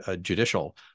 judicial